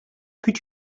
could